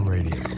Radio